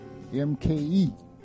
MKE